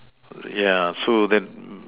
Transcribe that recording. yeah so then